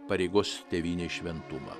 pareigos tėvynei šventumą